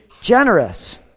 generous